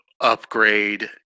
upgrade